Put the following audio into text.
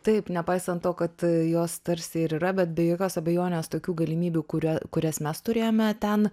taip nepaisant to kad jos tarsi ir yra bet be jokios abejonės tokių galimybių kurio kurias mes turėjome ten